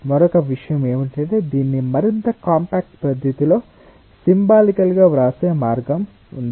మరొక విషయం ఏమిటంటే దీన్ని మరింత కాంపాక్ట్ పద్ధతిలో సింబాలికల్ గా వ్రాసే మార్గం ఉంది